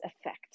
effect